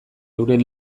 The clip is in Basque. euren